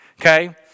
Okay